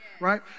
right